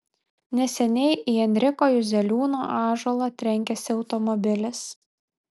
neseniai į enriko juzeliūno ąžuolą trenkėsi automobilis